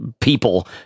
people